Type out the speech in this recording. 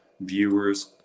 viewers